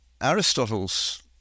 Aristotle's